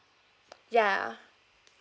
ya